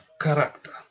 character